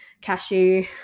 cashew